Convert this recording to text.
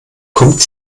kommt